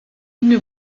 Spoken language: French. une